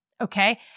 Okay